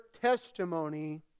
testimony